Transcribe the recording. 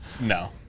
no